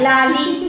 Lali